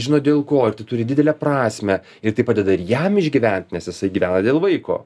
žino dėl ko ir tai turi didelę prasmę ir tai padeda ir jam išgyvent nes jisai gyvena dėl vaiko